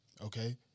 okay